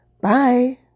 Bye